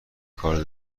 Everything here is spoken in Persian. کار